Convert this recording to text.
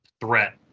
threat